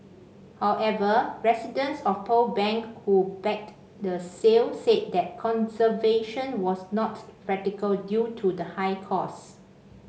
however residents of Pearl Bank who backed the sale said that conservation was not practical due to the high cost